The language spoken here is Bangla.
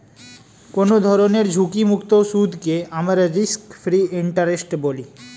কোনো ধরনের ঝুঁকিমুক্ত সুদকে আমরা রিস্ক ফ্রি ইন্টারেস্ট বলি